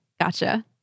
Gotcha